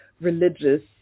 religious